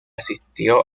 asistió